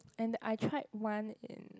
and I tried one in